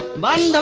money